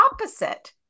opposite